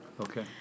Okay